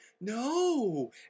No